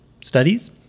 studies